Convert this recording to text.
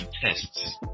tests